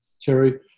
Terry